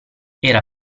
era